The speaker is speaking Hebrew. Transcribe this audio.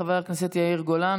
חבר הכנסת יאיר גולן,